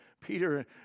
Peter